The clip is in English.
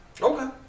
Okay